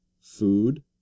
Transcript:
food